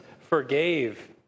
forgave